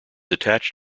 attached